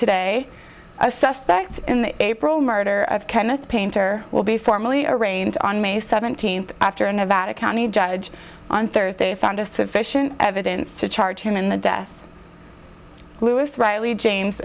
today a suspect in the april murder of kenneth painter will be formally arraigned on may seventeenth after an about a county judge on thursday found a sufficient evidence to charge him in the death lewis riley james